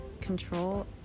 control